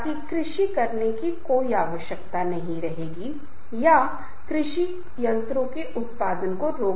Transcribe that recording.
समूह की सफलता या विफलता कई कारकों पर निर्भर करती है लेकिन ये कुछ महत्वपूर्ण कारक हैं